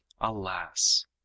Alas